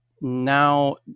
now